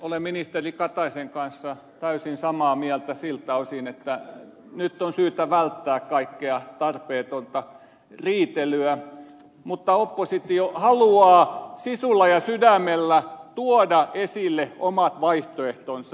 olen ministeri kataisen kanssa täysin samaa mieltä siltä osin että nyt on syytä välttää kaikkea tarpeetonta riitelyä mutta oppositio haluaa sisulla ja sydämellä tuoda esille omat vaihtoehtonsa